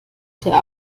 der